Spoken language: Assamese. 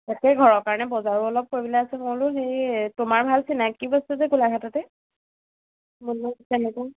তাকেই ঘৰৰ কাৰণে বজাৰো অলপ কৰিবলৈ আছে মই বোলো হেৰি তোমাৰ ভাল চিনাক বস্তটো গোলাঘাটতে